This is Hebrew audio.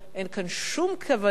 אין כאן שום כוונה